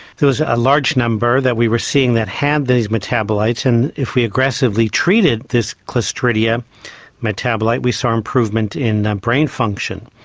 there was a large number that we were seeing that had these metabolites, and if we aggressively treated this clostridia metabolite we saw improvement in brain function.